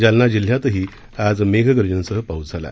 जालना जिल्ह्यातही आज मेघगर्जनेसह पाऊस झाला